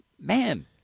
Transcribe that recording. Man